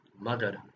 Mother